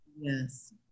Yes